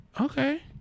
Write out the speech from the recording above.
Okay